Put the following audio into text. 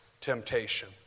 temptation